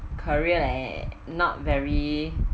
career leh not very